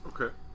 okay